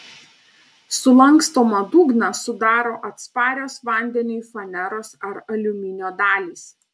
sulankstomą dugną sudaro atsparios vandeniui faneros ar aliuminio dalys